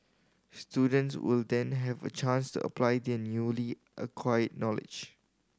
students will then have a chance to apply their newly acquired knowledge